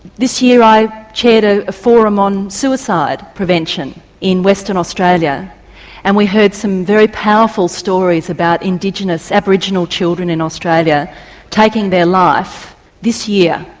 this year i chaired a forum on suicide prevention in western australia and we heard some very powerful stories about indigenous aboriginal children in australia taking their life this year.